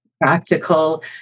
practical